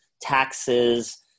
taxes